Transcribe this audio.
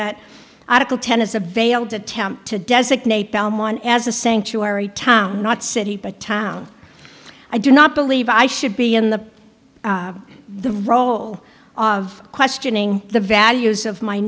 that article tennis a veiled attempt to designate delmon as a sanctuary town not city but town i do not believe i should be in the the role of questioning the values of my